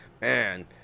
Man